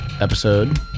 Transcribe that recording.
episode